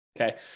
Okay